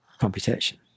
computation